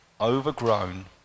overgrown